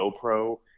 GoPro